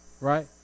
right